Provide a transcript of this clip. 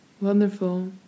Wonderful